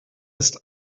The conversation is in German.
ist